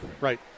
right